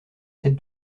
tête